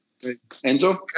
Enzo